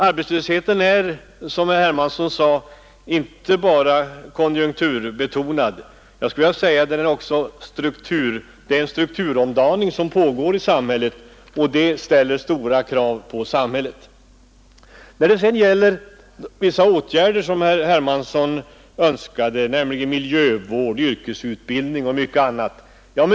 Arbetslösheten är inte bara konjunkturbetonad; det är också en strukturomdaning som pågår, och den ställer stora krav på samhället. Herr Hermansson önskade åtgärder inom miljövård, yrkesutbildning och mycket annat.